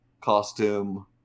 costume